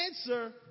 answer